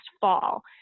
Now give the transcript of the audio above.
fall